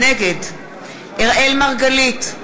נגד אראל מרגלית,